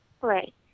Right